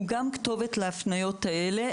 הוא גם כתובת להפניות האלה.